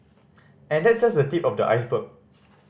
and that's just the tip of the iceberg